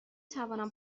توانم